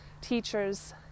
teachers